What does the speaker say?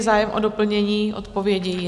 Zájem o doplnění odpovědi?